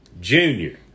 Junior